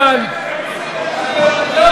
חבר